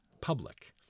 public